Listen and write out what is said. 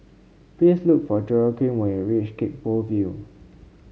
please look for Joaquin when you reach Gek Poh Ville